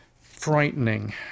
frightening